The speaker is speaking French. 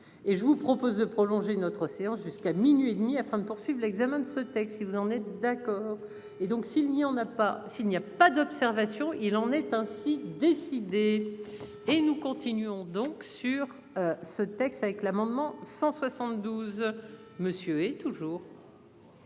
je vous propose de prolonger notre séance jusqu'à minuit et demie afin de poursuivent l'examen de ce texte si vous en êtes d'accord et donc s'il y en a. Pas s'il n'y a pas d'observation, il en est ainsi décidé et nous continuons donc sur. Ce texte avec l'amendement 100. 72. Monsieur est toujours.